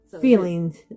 Feelings